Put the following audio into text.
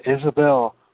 Isabel